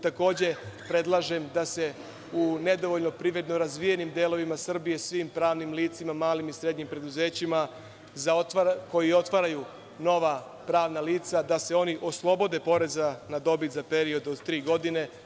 Takođe, predlažem da se u nedovoljno privredno razvijenim delovima Srbije svim pravnim licima, malim i srednjim preduzećima koji otvaraju nova pravna lica, da se oni oslobode poreza na dobit za period od tri godine.